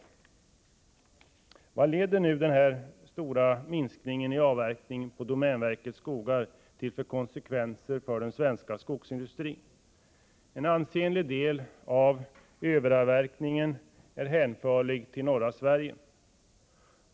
Vilka konsekvenser för den svenska skogsindustrin får nu den här stora minskningen i avverkningen på domänverkets skogar? En ansenlig del av överavverkningen är hänförlig till norra Sverige.